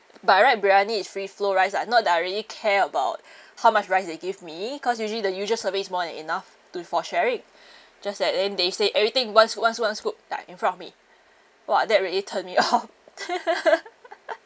by right briyani is free flow rice ah not that I really care about how much rice they give me cause usually the usual serving is more than enough to for sharing just that then they say everything one scoop one scoop one scoop right in front of me !wah! that really turn me off